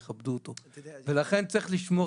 שנעשו על הרעיון של להכריז על שטחים שהם עדיין שקטים,